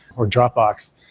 or dropbox.